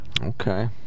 Okay